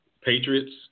Patriots